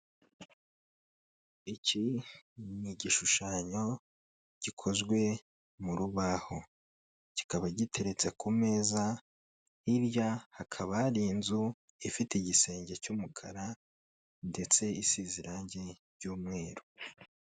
Iki ni igishushanyo gikozwe mu rubaho kikaba giteretse ku meza, hirya hakaba hari inzu ifite igisenge cy'umukara ndetse isize irangi ry'umweru.